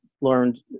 Learned